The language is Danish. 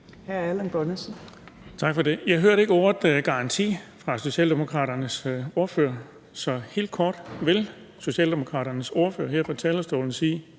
Jeg hørte ikke ordet garanti fra Socialdemokraternes ordfører, så helt kort: Vil Socialdemokraternes ordfører her